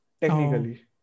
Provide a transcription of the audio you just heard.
Technically